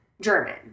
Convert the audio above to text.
German